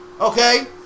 okay